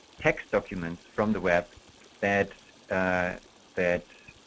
text documents from the web that that